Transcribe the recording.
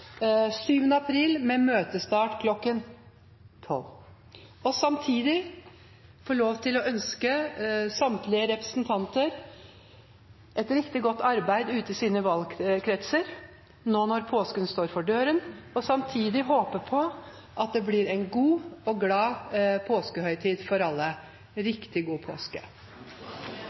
7. april med møtestart kl. 12. Samtidig vil presidenten få lov til å ønske samtlige representanter et riktig godt arbeid ute i sine valgkretser nå når påsken står for døren, og håper det blir en god og glad påskehøytid for alle.